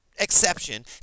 exception